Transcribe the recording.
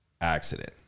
accident